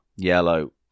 Yellow